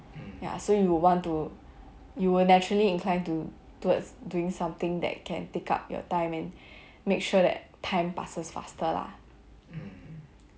ya so you will naturally inclined to towards doing something that can take up your time and make sure that time passes faster lah